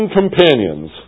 companions